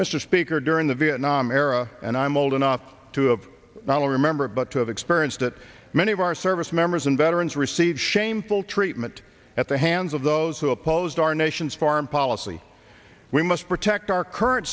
mr speaker during the vietnam era and i'm old enough to of not only remember but to the experience that many of our service members and veterans receive shameful treatment at the hands of those who opposed our nation's foreign policy we must protect our current